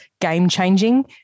game-changing